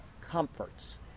comforts